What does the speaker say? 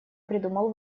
придумал